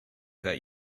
that